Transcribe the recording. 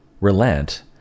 relent